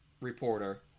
reporter